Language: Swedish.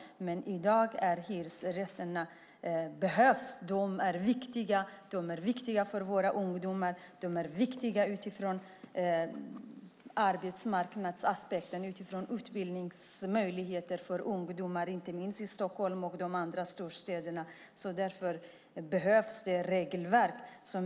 Men i dag behövs hyresrätterna. De är viktiga - viktiga för våra ungdomar och viktiga utifrån arbetsmarknadsaspekter och utifrån utbildningsmöjligheterna för ungdomar, inte minst i Stockholm och andra storstäder. Därför behövs det regelverk.